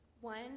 One